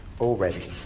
already